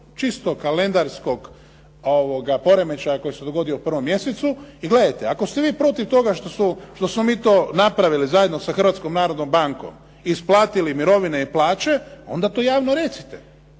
čisto kalendarskog poremećaja koji se je dogodio u prvom mjesecu. I gledajte, ako ste vi protiv toga što smo mi to napravili zajedno sa Hrvatskom narodnom bankom i isplatili mirovine i plaće, onda to javno recite.